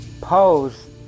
pose